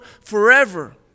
forever